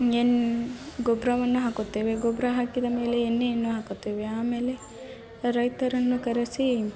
ಯನ್ ಗೊಬ್ಬರವನ್ನು ಹಾಕುತ್ತೇವೆ ಗೊಬ್ಬರ ಹಾಕಿದ ಮೇಲೆ ಎಣ್ಣೆಯನ್ನು ಹಾಕುತ್ತೇವೆ ಆಮೇಲೆ ರೈತರನ್ನು ಕರೆಸಿ